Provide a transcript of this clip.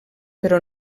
però